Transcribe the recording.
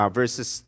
verses